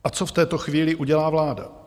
A co v této chvíli udělá vláda?